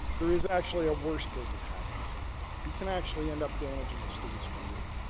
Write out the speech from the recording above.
there is actually a worst thing that happens here. we can actually end up damaging a student's career.